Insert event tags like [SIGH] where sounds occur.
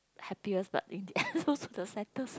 happiest but in the [BREATH] end also the saddest